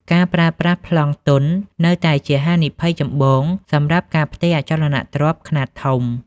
ការប្រើប្រាស់ "ប្លង់ទន់" នៅតែជាហានិភ័យចម្បងសម្រាប់ការផ្ទេរអចលនទ្រព្យខ្នាតធំ។